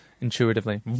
intuitively